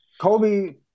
Kobe